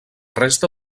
resta